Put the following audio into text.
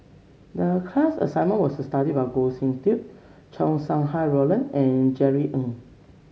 the class assignment was to study about Goh Sin Tub Chow Sau Hai Roland and Jerry Ng